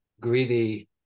greedy